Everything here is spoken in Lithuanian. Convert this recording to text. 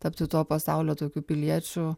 tapti tuo pasaulio tokiu piliečiu